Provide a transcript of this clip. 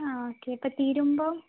ആ ഓക്കേ അപ്പോൾ തീരുമ്പോൾ